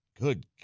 Good